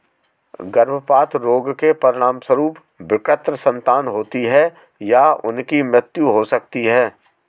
गर्भपात रोग के परिणामस्वरूप विकृत संतान होती है या उनकी मृत्यु हो सकती है